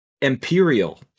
Imperial